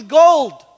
gold